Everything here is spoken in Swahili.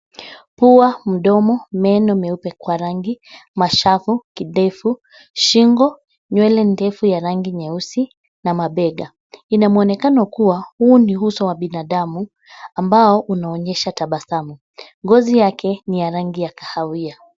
Pua, mdomo, meno meupe kwa rangi, mashavu, kidevu, shingo, nywele ndefu ya rangi nyeusi na mabega, ina mwonekano kuwa huu ni uso wa binadamu ambao unaonyesha tabasamu, ngozi yake ni ya rangi ya kahawia.